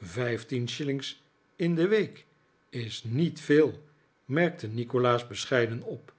vijftien shillings in de week is niet veel merkte nikolaas bescheiden op